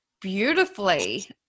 beautifully